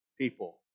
people